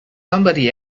somebody